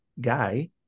guy